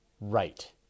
Right